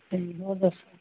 ਹੋਰ ਦੱਸੋ